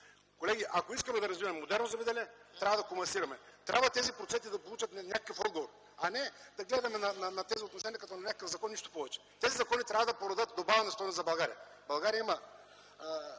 Колеги, ако искаме да развиваме модерно земеделие, трябва да комасираме. Тези проценти трябва да получат някакъв отговор, а не да гледаме на този вид отношения като на някакъв закон и нищо повече. Законите трябва да породят добавена стойност за България.